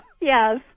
Yes